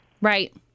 Right